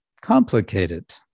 complicated